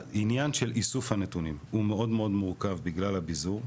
העניין של איסוף הנתונים הוא מאוד מאוד מורכב בגלל הביזור.